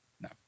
No